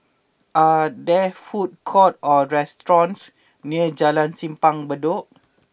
are there food courts or restaurants near Jalan Simpang Bedok